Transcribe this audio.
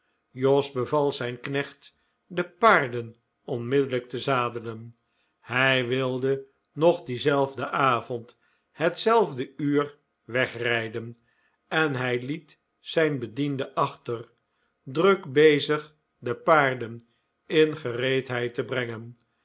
jos beval zijn knecht de paarden onmiddellijk te zadelen hij wilde nog dienzelfden avond hetzelfde uur wegrijden en hij liet zijn bediende achter druk bezig de paarden in gereedheid te brengen